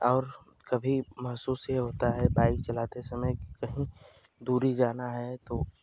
और कभी महसूस ये होता है बाइक चलाते समय कि कहीं दूरी जाना है तो